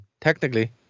technically